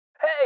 Hey